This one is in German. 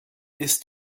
ist